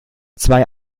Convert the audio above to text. zwei